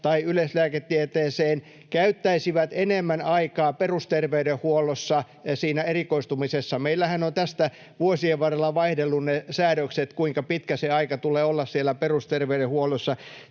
tai yleislääketieteeseen, käyttäisivät enemmän aikaa perusterveydenhuollossa siinä erikoistumisessa. Meillähän on tästä vuosien varrella vaihdellut ne säädökset, kuinka pitkä se aika tulee olla siellä perusterveydenhuollossa.